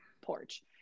porch